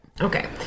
Okay